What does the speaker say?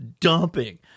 dumping